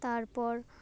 ᱛᱟᱨᱯᱚᱨ